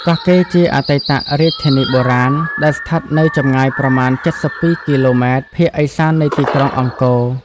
កោះកេរជាអតីតរាជធានីបុរាណ្យដែលស្ថិតនៅចម្ងាយប្រមាណ ៧២ គីឡូម៉ែត្រ ភាគឥសាននៃទីក្រុងអង្គ។